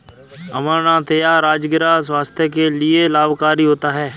अमरनाथ या राजगिरा स्वास्थ्य के लिए लाभकारी होता है